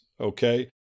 Okay